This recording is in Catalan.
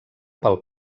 pel